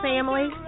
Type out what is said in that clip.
Family